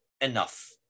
enough